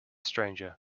stranger